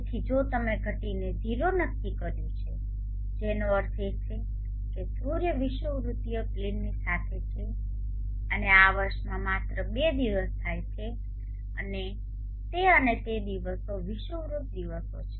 તેથી જો તમે ઘટીને 0 નક્કી કર્યું છે જેનો અર્થ છે કે સૂર્ય વિષુવવૃત્તીય પ્લેનની સાથે છે અને આ વર્ષમાં માત્ર બે દિવસ થાય છે અને તે અને તે દિવસો વિષુવવૃત્ત દિવસો છે